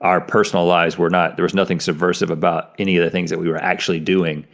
our personal lives were not, there's nothing subversive about any of the things that we were actually doing.